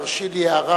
אם רק תרשי לי הערה,